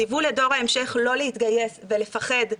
ציוו לדור ההמשך לא להתגייס ולפחד.